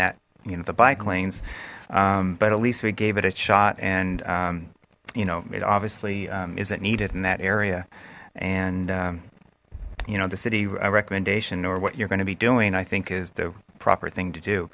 know the bike lanes but at least we gave it a shot and you know it obviously isn't needed in that area and you know the city a recommendation or what you're going to be doing i think is the proper thing to do